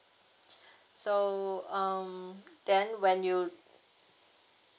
so um then when you